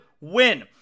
win